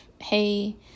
hey